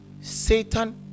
Satan